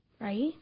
right